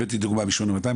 הבאתי דוגמה מ-8200,